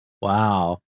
Wow